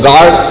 God